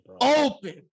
open